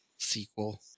sequel